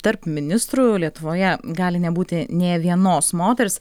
tarp ministrų lietuvoje gali nebūti nė vienos moters